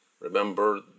Remember